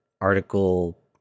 article